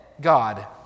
God